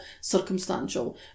circumstantial